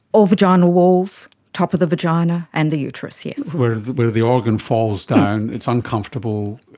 or vagina walls, top of the vagina, and the uterus, yes. where where the organ falls down, it's uncomfortable,